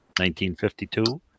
1952